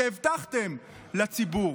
שהבטחתם לציבור?